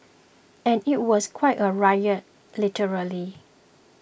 and it was quite a riot literally